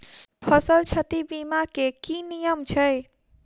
फसल क्षति बीमा केँ की नियम छै?